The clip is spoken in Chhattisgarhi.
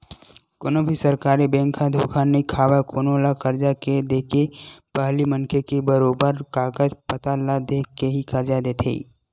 कोनो भी सरकारी बेंक ह धोखा नइ खावय कोनो ल करजा के देके पहिली मनखे के बरोबर कागज पतर ल देख के ही करजा देथे